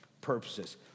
purposes